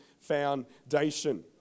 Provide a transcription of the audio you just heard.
Foundation